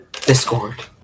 Discord